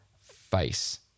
face